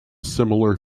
similar